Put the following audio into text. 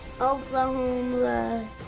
Oklahoma